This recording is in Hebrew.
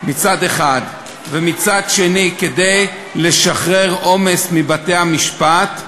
מצד אחד, ומצד שני כדי לשחרר עומס מבתי-המשפט,